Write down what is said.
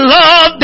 love